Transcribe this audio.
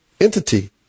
entity